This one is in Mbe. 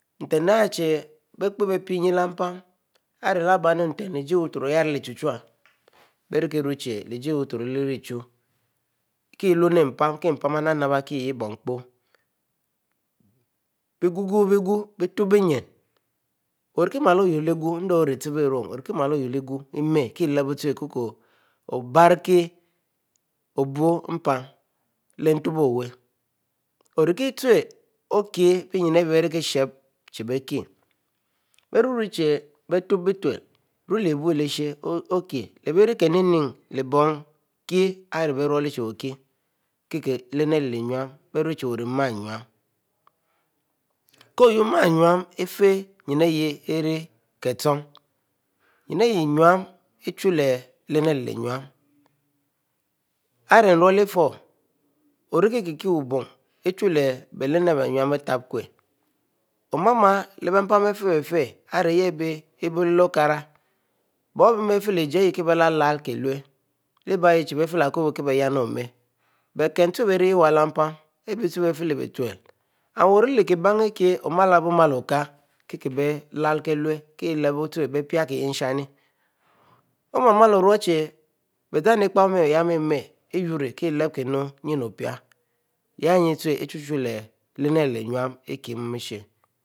Nten ariehie beih pe pie ynin leh-mpan arilehbie nten leji buturo, bierikie rue ehie leji buturo uhrichi kieh lumi mpan arinap nap ikieyeh, bie Ƹgu bie tob bynin, rikieh mal ouy leh Ƹgu endich ori ehiboiru, orikie mal oyuro leh Ƹgu endich orichieboƸrun, obiriki obuoo mpan leh ntob o wuieh, oriute, okie beynin ahieh bierikie shboou chie bie kie bieruechie bieetobbie tule, ruele ibuo okie leh beirikiune kie ari bou ruelechie okie, kieh lene leh-arinue, ko wuyuro mu anue ifieh nin ahieh kiechom, ninue iii chule lernn ihieh nue arinure ifieh, orikieh wubon, ute lern bie ninue bietabkuieh omnaa leh beimpan ibieififeieh, ariyeh ule oloro okara, bon aribiemieh, biefileji ihieh kie bie leh lekula lebbie ayehieh biefikubo kie byenn mer, bie kinn chie bie releyeh leh-mpan, bie ute biefilebetule, and wu orileh-kie bann ihieh omleh bomiel okie, kieh bie lukieh wre, kile bo chie kie bie pie lehishnn oma-mieh oru chie bie zm ipah omeh imei, kiekieh ipie kie lehishinn, bienne chie ichie-chie leh lenn arieh enu